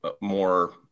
more